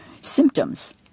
Symptoms